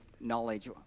knowledge